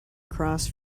across